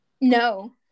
no